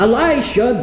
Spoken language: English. Elisha